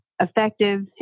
effective